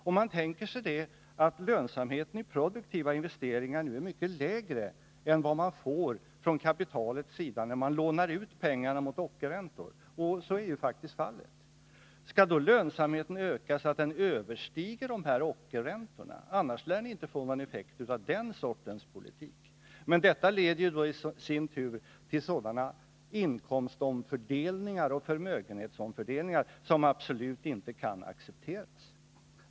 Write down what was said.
Om man beaktar att lönsamheten i produktiva investeringar nu är mycket lägre än det som motsvaras av vad man får om man lånar ut pengarna mot ockerräntor — så är ju faktiskt fallet — skall då lönsamheten öka så att den överstiger de här ockerräntorna? Annars lär ni ju inte få någon effekt av den sortens politik. Detta leder då i sin tur till sådana inkomstomfördelningar och förmögenhetsomfördelningar som absolut inte kan accepteras.